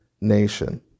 nation